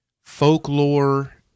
folklore